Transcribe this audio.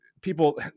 people